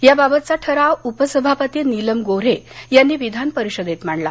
या बाबतचा ठराव उपसभापती नीलम गोन्हे यांनी विधानपरिषदेत मांडला